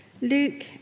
Luke